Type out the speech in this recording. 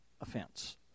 Offense